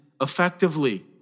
effectively